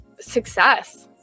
success